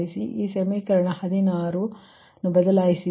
ಈ ಸಮೀಕರಣ 16 ನೀವು ಅದನ್ನು ಬದಲಾಯಿಸಿ